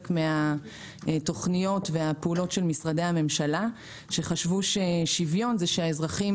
מהתוכניות והפעולות של משרדי הממשלה שחשבו ששוויון זה שהאזרחים